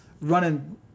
running